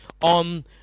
on